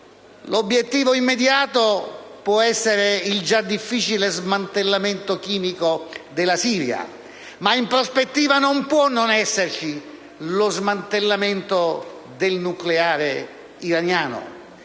l'obiettivo immediato può essere il già difficile smantellamento chimico della Siria. Ma, in prospettiva, non può non esserci lo smantellamento del nucleare iraniano.